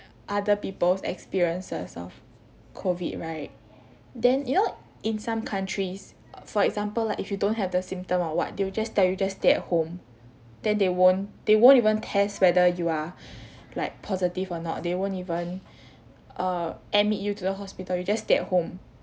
other people's experiences of COVID right then you know in some countries err for example like if you don't have the symptom or what they will just tell you just stay at home then they won't they won't even test whether you are like positive or not they won't even err admit you to the hospital you just stay at home